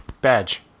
Badge